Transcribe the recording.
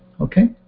Okay